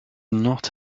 not